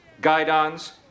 guidons